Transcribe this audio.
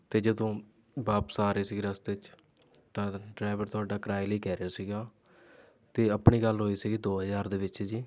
ਅਤੇ ਜਦੋਂ ਵਾਪਸ ਆ ਰਹੇ ਸੀ ਰਸਤੇ 'ਚ ਤਾਂ ਡਰਾਈਵਰ ਤੁਹਾਡਾ ਕਿਰਾਏ ਲਈ ਕਹਿ ਰਿਹਾ ਸੀਗਾ ਅਤੇ ਆਪਣੀ ਗੱਲ ਹੋਈ ਸੀਗੀ ਦੋ ਹਜ਼ਾਰ ਦੇ ਵਿੱਚ ਜੀ